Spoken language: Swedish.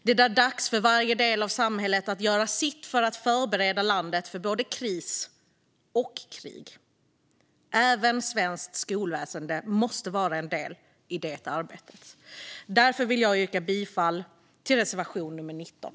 Det är dags för varje del av samhället att göra sitt för att förbereda landet för både kris och krig, och även svenskt skolväsen måste vara en del i det arbetet. Därför yrkar jag bifall till reservation nummer 19.